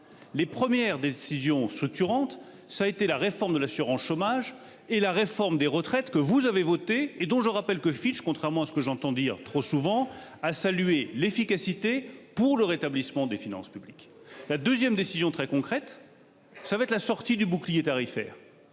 Les premières décisions structurantes. Ça a été la réforme de l'assurance chômage et la réforme des retraites que vous avez voté et dont je rappelle que Fitch contrairement à ce que j'entends dire trop souvent a salué l'efficacité pour le rétablissement des finances publiques, la 2ème décision très concrète. Vous savez que la sortie du bouclier tarifaire.